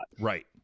Right